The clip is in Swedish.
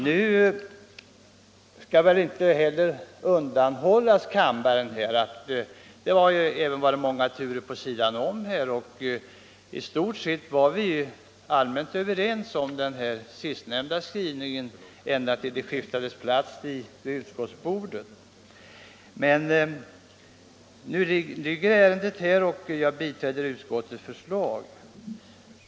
Det skall väl inte heller undanhållas kammaren att det förekommit många turer vid sidan om, och i stort sett var vi överens om den sistnämnda skrivningen ända tills det skiftades plats vid utskottsbordet. Men nu ligger ärendet här, och jag biträder utskottets förslag.